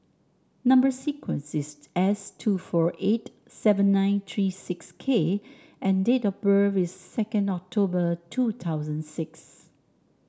number sequence is S two four eight seven nine three six K and date of birth is second October two thousand six